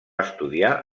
estudiar